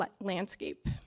landscape